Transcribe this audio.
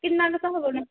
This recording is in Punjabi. ਕਿੰਨਾ ਕੁ ਸਭ ਹੋਣਾ